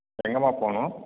எங்கேம்மா போகணும்